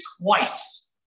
twice